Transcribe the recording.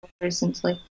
recently